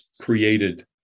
created